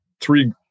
three